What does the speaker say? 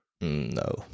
no